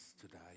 today